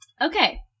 Okay